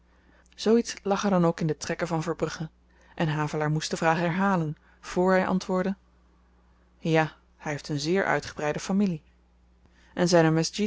lag er dan ook in de trekken van verbrugge en havelaar moest de vraag herhalen vr hy antwoordde ja hy heeft een zeer uitgebreide familie en zyn